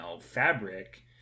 fabric